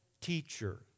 teacher